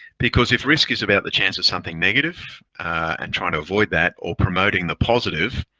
because if risk is about the chance of something negative and trying to avoid that or promoting the positive,